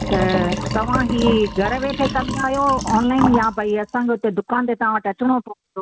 त तव्हां हीअ घर वेठे कंदा आहियो ऑनलाइन या भई असांखे हुते दुकानु ते तव्हां वटि अचिणो पवंदो